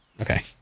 Okay